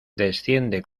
desciende